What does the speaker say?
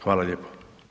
Hvala lijepo.